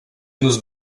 nos